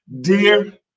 dear